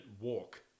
walk